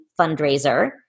fundraiser